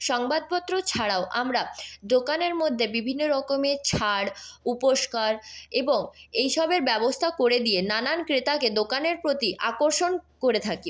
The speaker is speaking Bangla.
সংবাদপত্র ছাড়াও আমরা দোকানের মধ্যে বিভিন্ন রকমের ছাড় উপহার এবং এই সবের ব্যবস্থা করে দিয়ে এবং নানান ক্রেতাকে দোকানের প্রতি আকর্ষণ করে থাকি